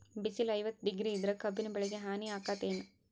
ಬಿಸಿಲ ಐವತ್ತ ಡಿಗ್ರಿ ಇದ್ರ ಕಬ್ಬಿನ ಬೆಳಿಗೆ ಹಾನಿ ಆಕೆತ್ತಿ ಏನ್?